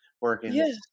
working